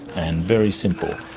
and very simple.